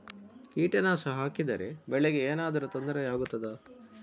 ಕೀಟನಾಶಕ ಹಾಕಿದರೆ ಬೆಳೆಗೆ ಏನಾದರೂ ತೊಂದರೆ ಆಗುತ್ತದಾ?